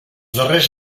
darrers